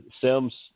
Sims